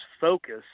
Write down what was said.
focus